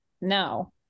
no